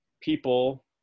people